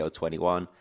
21